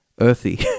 earthy